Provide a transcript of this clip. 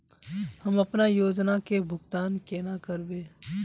हम अपना योजना के भुगतान केना करबे?